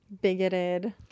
bigoted